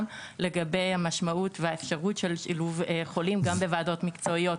לגבי המשמעות והאפשרות של שילוב חולים גם בוועדות מקצועיות.